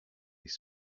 this